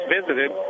visited